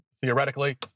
theoretically